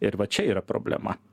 ir va čia yra problema